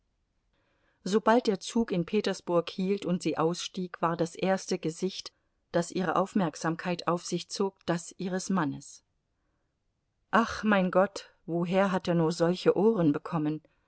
sobald der zug in petersburg hielt und sie ausstieg war das erste gesicht das ihre aufmerksamkeit auf sich zog das ihres mannes ach mein gott woher hat er nur solche ohren bekommen